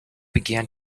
began